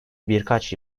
birkaç